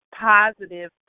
positive